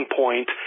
point